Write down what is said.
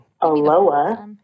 Aloha